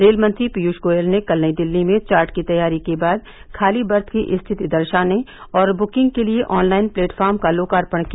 रेलमंत्री पीयूष गोयल ने कल नई दिल्ली में चार्ट की तैयारी के बाद खाली वर्थ की स्थिति दर्शाने और बुकिंग के लिए ऑनलाइन प्लेटफार्म का लोकार्पण किया